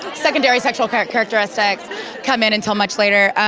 secondary sexual characteristics come in until much later,